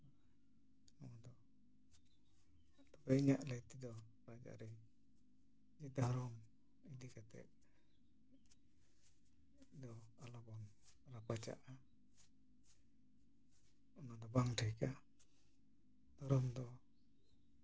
ᱱᱚᱣᱟ ᱫᱚ ᱛᱚᱵᱮ ᱤᱧᱟ ᱜ ᱞᱟᱹᱭ ᱛᱮᱫᱚ ᱨᱟᱡᱽᱟᱹᱨᱤ ᱫᱷᱚᱨᱚᱢ ᱤᱫᱤ ᱠᱟᱛᱮ ᱫᱚ ᱟᱞᱚᱵᱚᱱ ᱨᱟᱯᱟᱪᱟᱜᱼᱟ ᱚᱱᱟ ᱫᱚ ᱵᱟᱝ ᱴᱷᱤᱠᱟ ᱫᱷᱚᱨᱚᱢ ᱫᱚ